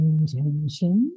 Intention